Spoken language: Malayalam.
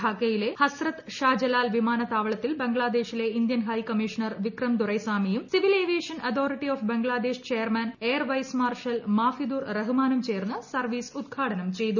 ധാക്കയിലെ ഹസ്രത്ത് ഷാജലാൽ വിമാനത്താവളത്തിൽ ്ബംഗ്ലാദേശിലെ ഇന്ത്യൻ ഹൈക്കമ്മീഷണർ വിക്രം ദൊരൈസ്വാമിയും civil aviation authority of Bangladesh chairman air vice marshal Mafidur റഹ്മാനും ചേർന്ന് സർവീസ് ഉദ്ഘാടനം ചെയ്തു